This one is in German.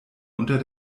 unter